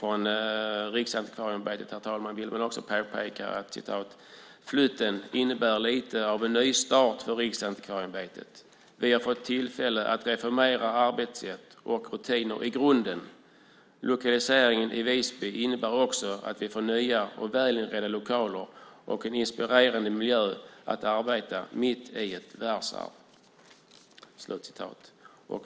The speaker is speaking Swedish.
Från Riksantikvarieämbetet vill man också påpeka följande: "Flytten innebär lite av en nystart för Riksantikvarieämbetet. Vi har fått tillfälle att reformera arbetssätt och rutiner i grunden. Lokaliseringen i Visby innebär också att vi får nya och välinredda lokaler och en inspirerande miljö att arbeta i mitt i ett världsarv!"